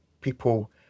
people